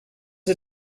was